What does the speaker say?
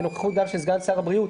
בנכוחות גם של סגן שר הבריאות,